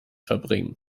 verbringen